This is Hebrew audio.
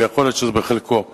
ויכול להיות שזה בחלקו נכון.